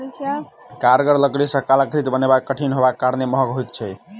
कड़गर लकड़ी सॅ कलाकृति बनायब कठिन होयबाक कारणेँ महग होइत छै